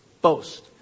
boast